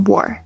War